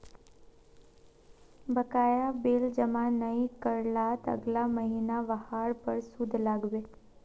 बकाया बिल जमा नइ कर लात अगला महिना वहार पर सूद लाग बे